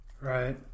Right